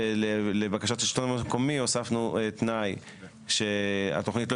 לבקשת השלטון המקומי הוספנו תנאי שהתוכנית לא